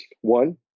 One